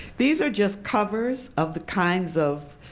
these are just covers of the kinds of